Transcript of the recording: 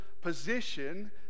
position